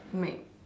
mag~